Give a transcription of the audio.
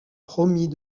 promis